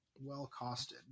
well-costed